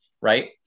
right